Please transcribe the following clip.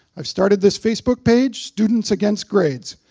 i've started this facebook page, students against grades.